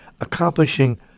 accomplishing